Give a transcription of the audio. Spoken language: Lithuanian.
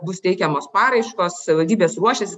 bus teikiamos paraiškos savivaldybės ruošiasi